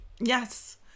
yes